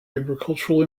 agricultural